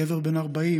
גבר בן 40,